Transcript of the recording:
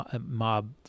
mob